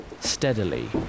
Steadily